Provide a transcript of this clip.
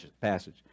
passage